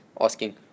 asking